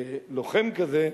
לוחם כזה,